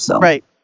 Right